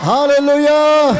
Hallelujah